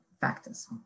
factors